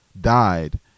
died